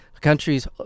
countries